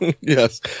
Yes